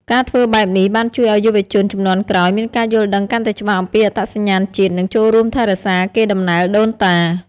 ការធ្វើបែបនេះបានជួយឱ្យយុវជនជំនាន់ក្រោយមានការយល់ដឹងកាន់តែច្បាស់អំពីអត្តសញ្ញាណជាតិ និងចូលរួមថែរក្សាកេរដំណែលដូនតា។